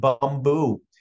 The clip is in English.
Bamboo